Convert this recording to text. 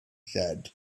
said